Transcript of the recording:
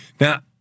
Now